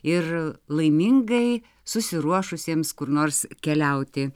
ir laimingai susiruošusiems kur nors keliauti